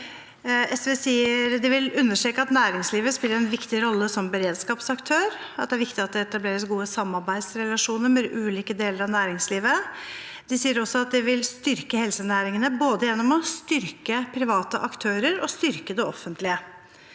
at næringslivet spiller en viktig rolle som beredskapsaktør, at det er viktig at det etableres gode samarbeidsrelasjoner med ulike deler av næringslivet. De sier også at de vil styrke helsenæringene gjennom både private aktører og det offentlige.